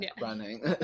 running